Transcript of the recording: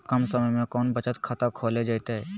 कम समय में कौन बचत खाता खोले जयते?